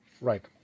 right